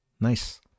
Nice